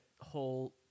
whole